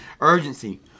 urgency